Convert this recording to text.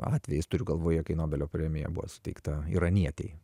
atvejis turiu galvoje kai nobelio premija buvo suteikta iranietei